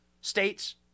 states